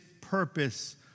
purpose